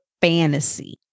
fantasy